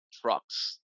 trucks